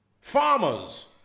Farmers